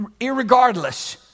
irregardless